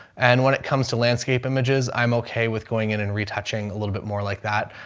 and when it comes to landscape images, i'm okay with going in and retouching a little bit more like that.